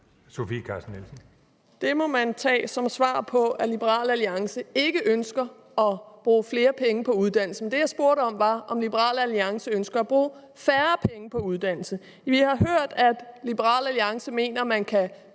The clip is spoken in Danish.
Det må man opfatte, som at Liberal Alliance ikke ønsker at bruge flere penge på uddannelse. Men det, jeg spurgte om, var, om Liberal Alliance ønsker at bruge færre penge på uddannelse. Vi har hørt, at Liberal Alliance mener, man kan